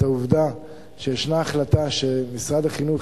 את העובדה שישנה החלטה שמשרד החינוך